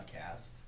podcasts